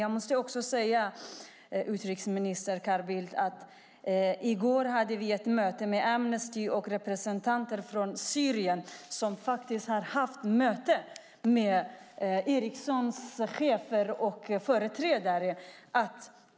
Jag måste också säga, utrikesminister Carl Bildt, att vi i går hade ett möte med Amnesty och representanter från Syrien. De har haft ett möte med Ericssons chefer och företrädare.